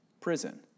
prison